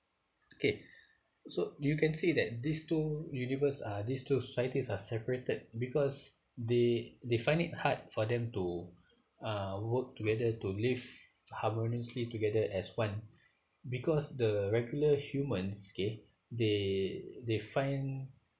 okay so you can see that these two universe uh these two society are separated because they they find it hard for them to uh work together to live harmoniously together as one because the regular humans okay they they find